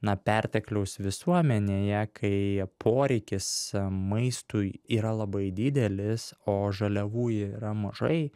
na pertekliaus visuomenėje kai poreikis maistui yra labai didelis o žaliavų yra mažai